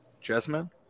Jasmine